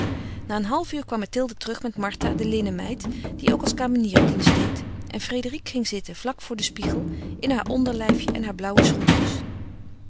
na een half uur kwam mathilde terug met martha de linnenmeid die ook als kamenier dienst deed en frédérique ging zitten vlak voor den spiegel in haar onderlijfje en haar blauwe schoentjes